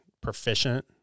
proficient